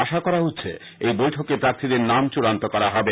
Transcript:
আশা করা হচ্ছে এই বৈঠকে প্রার্থীদের নাম চূড়ান্ত করা হবে